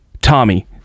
Tommy